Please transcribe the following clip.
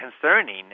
concerning